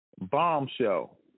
Bombshell